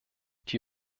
die